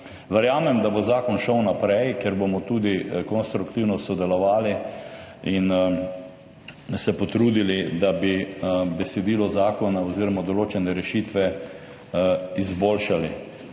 Verjamem, da bo šel zakon naprej, ker bomo tudi konstruktivno sodelovali in se potrudili, da bi besedilo zakona oziroma določene rešitve izboljšali.